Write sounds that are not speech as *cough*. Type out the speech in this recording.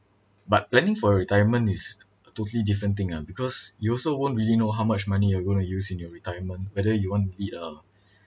but planning for your retirement is a totally different thing ah because you also won't really know how much money you're going to use in your retirement whether you want to be a *breath*